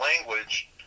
language